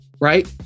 Right